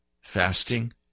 fasting